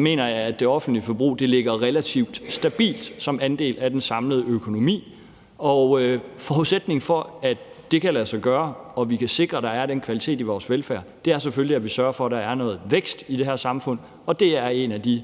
mener jeg, at det offentlige forbrug ligger relativt stabilt som andel af den samlede økonomi. Og forudsætningen for, at det kan lade sig gøre, og at vi kan sikre, at der er den kvalitet i vores velfærd, er selvfølgelig, at vi sørger for, at der er noget vækst i det her samfund. Og det er et af de